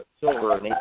silver